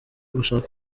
gushaka